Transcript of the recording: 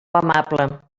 amable